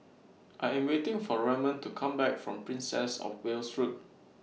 I Am waiting For Raymond to Come Back from Princess of Wales Road